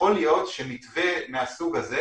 יכול להיות שמתווה מהסוג הזה